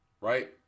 right